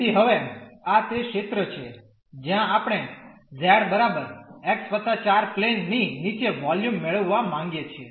તેથી હવે આ તે ક્ષેત્ર છે જ્યાં આપણે z x 4 પ્લેન ની નીચે વોલ્યુમ મેળવવા માગીએ છીએ